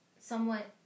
somewhat